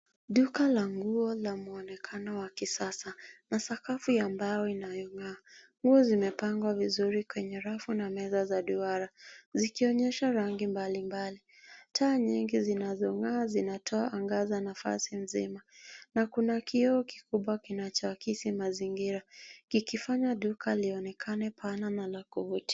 Duka la nguo la mwonekano wa kisasa na sakafu ya mbao inayongaa. Nguo zimepangwa vizuri kwenye rafu na meza za duara zikionyesha rangi mbalimbali. Taa nyingi zinavyongaa zinatoa anga za nafasi nzima na kuna kioo kikubwa kunacho akisi mazingira kikifanya duka lionekane pana na la kuvutia.